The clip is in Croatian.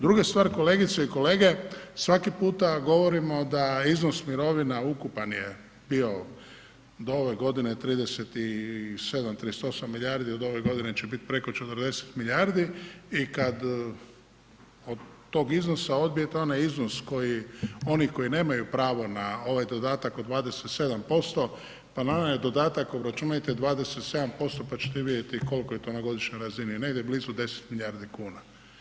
Druga stvar kolegice i kolege svaki puta govorimo da iznos mirovna ukupan je bio do ove godine 37-38 milijardi od ove godine će biti preko 40 milijardi i kad od tog iznosa odbijete onaj iznos koji oni koji nemaju pravo na ovaj dodatak od 27% pa na onaj dodatak obračunajte 27% pa čete vidjeti koliko je to na godišnjoj razini, negdje blizu 10 milijardi kuna.